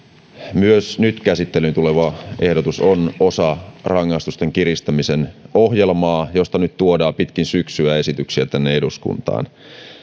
myös nyt käsittelyyn tuleva ehdotus on osa rangaistusten kiristämisen ohjelmaa josta nyt tuodaan pitkin syksyä esityksiä tänne eduskuntaan